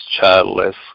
childless